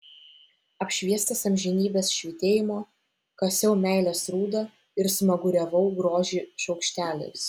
apšviestas amžinybės švytėjimo kasiau meilės rūdą ir smaguriavau grožį šaukšteliais